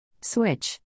Switch